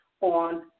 on